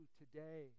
today